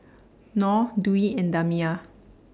Nor Dwi and Damia